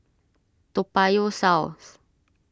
Toa Payoh South